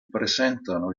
presentano